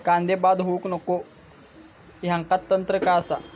कांदो बाद होऊक नको ह्याका तंत्र काय असा?